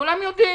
כולם יודעים.